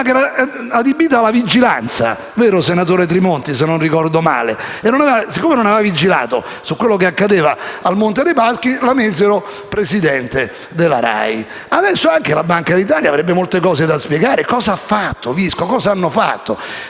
d'Italia, adibita alla vigilanza se non ricordo male (vero, senatore Tremonti?). Siccome non aveva vigilato su quello che accadeva al Monte dei Paschi la fecero presidente della RAI. Adesso anche la Banca d'Italia avrebbe molte cose da spiegare: cosa ha fatto Visco? Cosa hanno fatto?